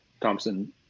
Thompson